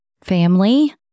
family